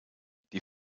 die